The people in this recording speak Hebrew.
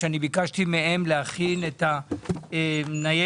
ביקשתי מהם להכין את הניירת,